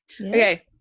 Okay